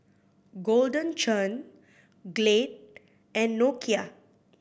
Golden Churn Glade and Nokia